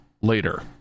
later